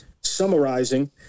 summarizing